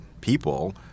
people